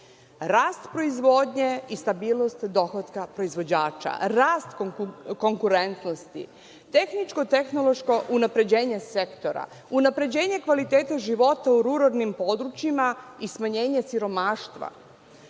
rast proizvodnje i stabilnost dohotka proizvođača, rast konkurentnosti, tehničko-tehnološko unapređenje sektora, unapređenje kvaliteta života u ruralnim područjima i smanjenje siromaštva,